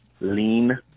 Lean